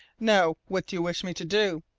now what do you wish me to do?